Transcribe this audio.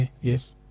Yes